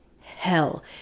hell